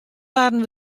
waarden